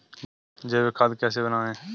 जैविक खाद कैसे बनाएँ?